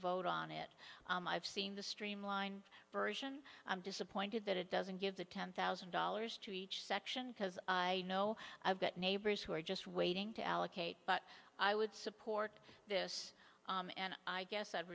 vote on it i've seen the streamlined version i'm disappointed that it doesn't give the ten thousand dollars to each section because i know i've got neighbors who are just waiting to allocate but i would support this and i guess i